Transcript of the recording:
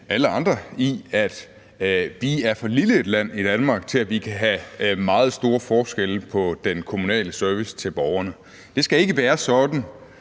alle andre i, at Danmark er for lille et land til, at vi kan have meget store forskelle på den kommunale service til borgerne. Det skal ikke være sådan,